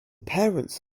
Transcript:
parents